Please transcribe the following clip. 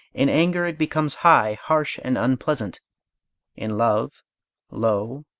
in anger it becomes high, harsh, and unpleasant in love low,